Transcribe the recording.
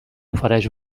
ofereix